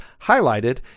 highlighted